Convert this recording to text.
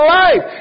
life